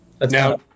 Now